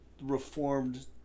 Reformed